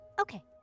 Okay